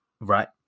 right